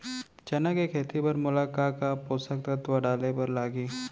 चना के खेती बर मोला का का पोसक तत्व डाले बर लागही?